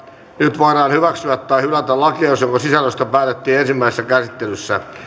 nyt voidaan hyväksyä tai hylätä lakiehdotus jonka sisällöstä päätettiin ensimmäisessä käsittelyssä